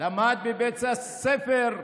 / למד בבית הספר,